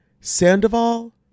Sandoval